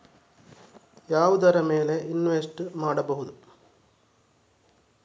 ಯಾವುದರ ಮೇಲೆ ಇನ್ವೆಸ್ಟ್ ಮಾಡಬಹುದು?